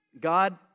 God